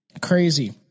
Crazy